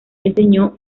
enseñó